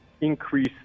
increase